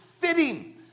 fitting